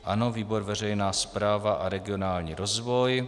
Ano, výbor pro veřejnou správu a regionální rozvoj.